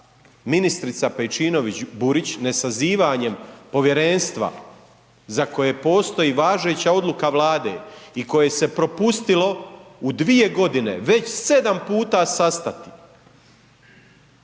ministrica Pejčinović-Burić nesazivanjem povjerenstva za koje postoji važeća odluka Vlade i koje se propustilo u dvije godine već 7 puta sastati,